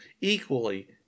equally